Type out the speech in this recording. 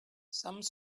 some